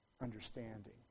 understanding